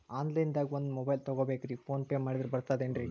Online ದಾಗ ಒಂದ್ mobile ತಗೋಬೇಕ್ರಿ ಫೋನ್ ಪೇ ಮಾಡಿದ್ರ ಬರ್ತಾದೇನ್ರಿ?